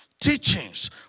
teachings